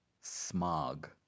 smog